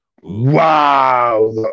Wow